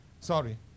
Sorry